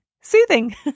soothing